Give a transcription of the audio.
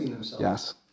Yes